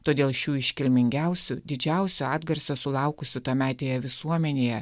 todėl šių iškilmingiausių didžiausio atgarsio sulaukusių tuometėje visuomenėje